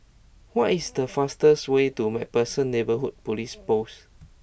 what is the fastest way to MacPherson Neighbourhood Police Post